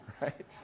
Right